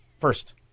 first